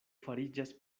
fariĝas